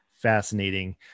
fascinating